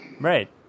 right